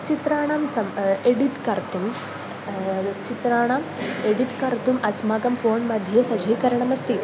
चित्राणां सम् एडिट् कर्तुं चित्राणाम् एडिट् कर्तुम् अस्माकं फ़ोन् मध्ये सज्जीकरणमस्ति